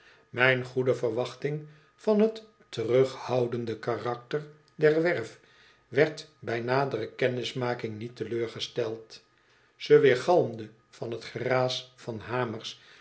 mijn goede verwachting van t terughoudende karakter dor werf werd bij nadere kennismaking niet teleurgesteld ze weergalmde van t geraas van hamers